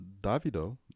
Davido